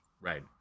right